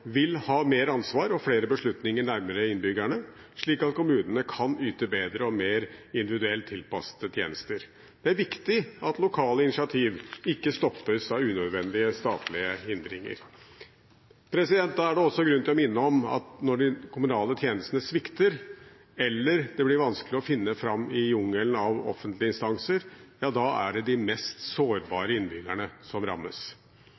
vil ha mer ansvar og flere beslutninger nærmere innbyggerne, slik at kommunene kan yte bedre og mer individuelt tilpassede tjenester. Det er viktig at lokale initiativ ikke stoppes av unødvendige statlige hindringer. Det er også grunn til å minne om at når de kommunale tjenestene svikter, eller det blir vanskelig å finne fram i jungelen av offentlige instanser, er det de mest sårbare innbyggerne som rammes.